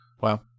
Wow